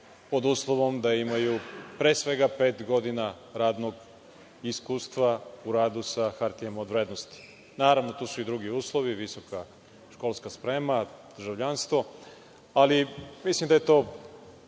pod uslovom da imaju, pre svega, pet godina radnog iskustva u radu sa hartijama od vrednosti. Naravno, tu su i drugi uslovi, visoka stručna sprema, državljanstvo, ali mislim da je to